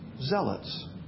Zealots